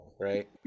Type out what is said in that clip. right